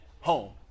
Home